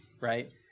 right